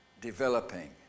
developing